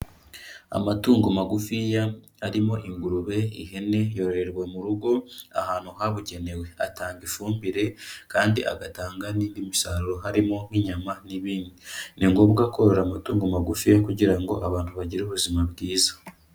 Amatungo magufiya arimo ingurube, ihene, yororewe mu rugo, ahantu habugenewe. Atanga ifumbire kandi agatanga n'indi misaruro harimo nk'inyama n'ibindi. Ni ngombwa korora amatungo magufiya kugira ngo abantu bagire ubuzima bwiza.